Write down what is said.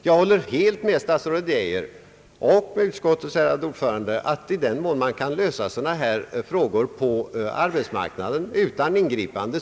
Jag håller helt med statsrådet Geijer och utskottets ärade ordförande om att det allra bästa är om man kan lösa sådana frågor på arbetsmarknaden utan ingripande.